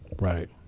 Right